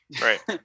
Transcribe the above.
Right